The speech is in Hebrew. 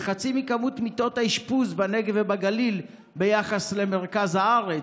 וחצי ממספר מיטות האשפוז בנגב ובגליל ביחס למרכז הארץ,